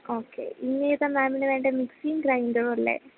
okay ഇനി ഏതാണ് മാമിനു വേണ്ടത് മിക്സിയും ഗ്രൈൻഡറുമല്ലെ